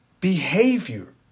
behavior